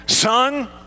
Son